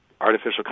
artificial